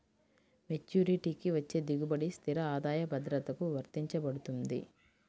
మెచ్యూరిటీకి వచ్చే దిగుబడి స్థిర ఆదాయ భద్రతకు వర్తించబడుతుంది